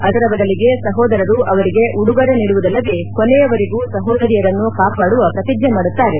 ಅದರ ಬದಲಿಗೆ ಸಹೋದರರು ಅವರಿಗೆ ಉಡುಗೊರೆ ನೀಡುವುದಲ್ಲದೆ ಕೊನೆಯವರೆಗೂ ಸಹೋದರಿಯರನ್ನು ಕಾಪಾಡುವ ಪ್ರತಿಜ್ಞೆ ಮಾಡುತ್ತಾರೆ